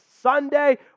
sunday